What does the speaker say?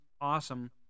awesome